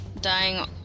dying